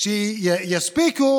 יספיקו